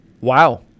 Wow